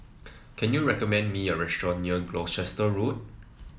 can you recommend me a restaurant near Gloucester Road